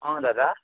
অঁ দাদা